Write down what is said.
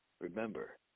remember